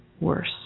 worse